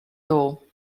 door